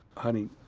honey,